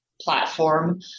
platform